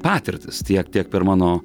patirtis tiek tiek per mano